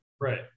Right